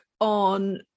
on